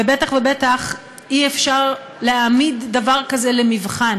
ובטח ובטח אי-אפשר להעמיד דבר כזה למבחן.